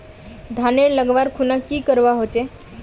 धानेर लगवार खुना की करवा होचे?